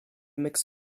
mix